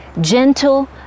Gentle